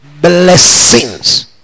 blessings